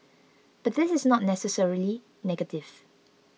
but this is not necessarily negative